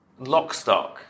Lockstock